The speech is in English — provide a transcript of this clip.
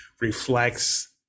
reflects